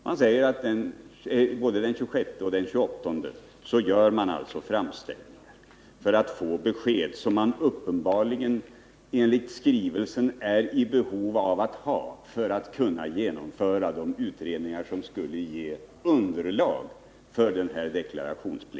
Naturvårdsverket gjorde ju framställningar till regeringen både den 28 juni och den 26 september för att få det besked som verket var i behov av för att kunna genomföra utredningar som skulle ge underlag för den här deklarationen.